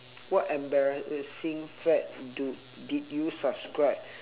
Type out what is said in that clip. what embarrassing fad do did you subscribe